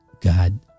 God